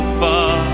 far